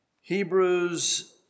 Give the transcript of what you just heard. Hebrews